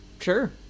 Sure